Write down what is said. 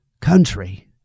country